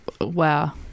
Wow